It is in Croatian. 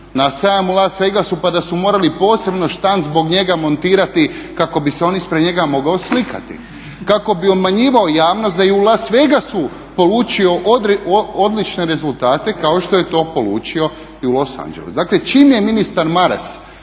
na sajam u Las Vegasu pa da su morali posebno štand zbog njega montirati kako bi se on ispred njega morao slikati. Kako bi obmanjivao javnost da je i u Las Vegasu polučio odlične rezultate kako što je to polučio i u Los Angelesu. Dakle čim je ministar Maras